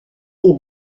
les